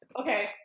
Okay